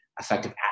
effective